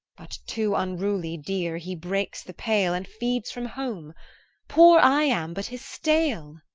but, too unruly deer, he breaks the pale, and feeds from home poor i am but his stale.